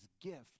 gift